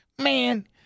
man